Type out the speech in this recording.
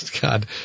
God